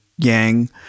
Yang